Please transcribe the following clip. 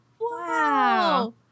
Wow